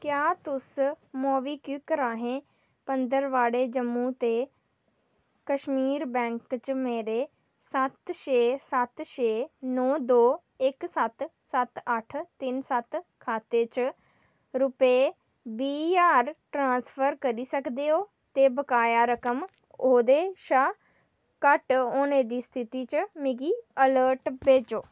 क्या तुस मोबीक्विक राहें पंदरबाड़े जम्मू ते कश्मीर बैंक च मेरे सत्त छे सत्त छे नौ दो इक सत्त सत्त अट्ठ त्रैऽ सत्त खाते च रुपेऽ बीह् ज्हार ट्रांसफर करी सकदे ओ ते बकाया रकम ओह्दे शा घट्ट होने दी स्थिति च मिगी अलर्ट भेजो